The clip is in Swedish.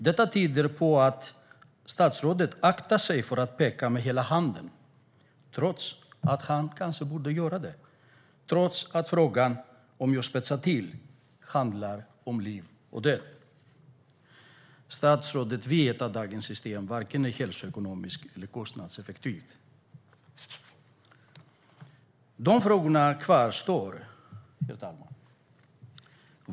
Detta tyder på att statsrådet aktar sig för att peka med hela handen, trots att han kanske borde göra det och trots att frågan - om jag spetsar till det - handlar om liv och död. Statsrådet vet att dagens system inte är vare sig hälsoekonomiskt eller kostnadseffektivt. Mina frågor kvarstår, herr talman.